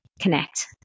connect